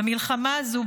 במלחמה הזו,